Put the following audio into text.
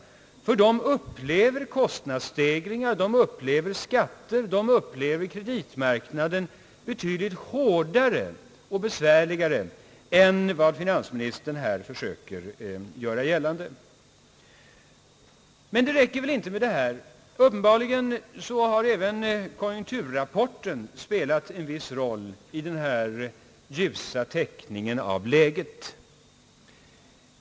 De upplever kostnadsstegringarna, skatterna och kreditmarknaden betydligt hårdare och besvärligare än vad finansministern har försökt göra gällande. Men det räcker väl inte med detta? Uppenbarligen har även konjunkturrapporten spelat en viss roll i denna ljusa teckning av läget.